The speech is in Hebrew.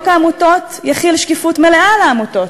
העמותות יחיל שקיפות מלאה על העמותות.